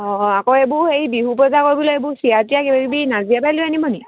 অঁ আকৌ এইবোৰ হেৰি বিহুৰ বজাৰ কৰিব লাগিব চিৰা তিৰা কিবা কিবি নাজিৰা পৰা লৈ আনিব নি